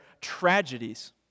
tragedies